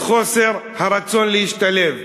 את חוסר הרצון להשתלב.